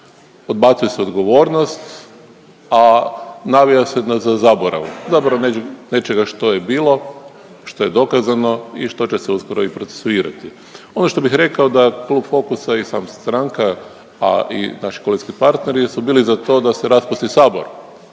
Odbacuje se odgovornost, a navija se za zaborav, zaborav nečega što je bilo, što je dokazano i što će se uskoro i procesuirati. Ono što bih rekao da klub Fokusa i sama stranka, a i naši koalicijski partneri su bili za to da se raspusti Sabor